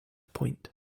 point